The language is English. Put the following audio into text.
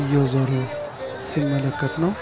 you know